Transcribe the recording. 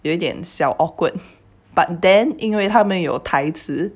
有一点小 awkward but then 因为他们有台词